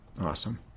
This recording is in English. Awesome